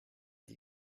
die